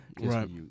Right